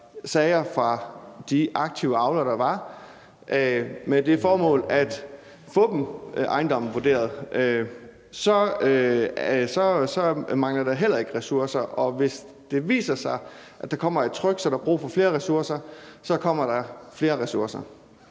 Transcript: sager fra de aktive avlere, der var, med det formål at få dem, ejendommene, vurderet, så mangler der heller ikke ressourcer. Og hvis det viser sig, at der kommer et tryk, så der er brug for flere ressourcer, så kommer der flere ressourcer.